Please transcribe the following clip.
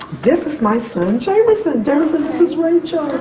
this is my son, jamerson. jamerson, this is rachel.